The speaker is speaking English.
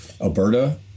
Alberta